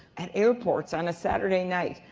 at airports on a saturday night,